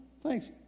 thanks